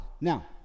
Now